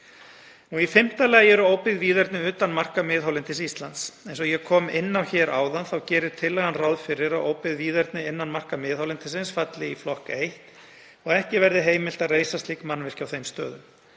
Í fimmta lagi eru óbyggð víðerni utan marka miðhálendis Íslands. Eins og ég kom inn á áðan, þá gerir tillagan ráð fyrir að óbyggð víðerni innan marka miðhálendisins falli í flokk 1 og ekki verði heimilt að reisa slík mannvirki á þeim stöðum.